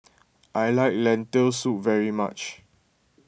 I like Lentil Soup very much